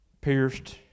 pierced